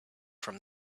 from